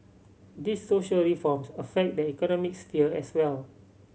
these social reforms affect the economic sphere as well